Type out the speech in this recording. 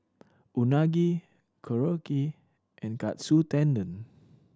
Unagi Korokke and Katsu Tendon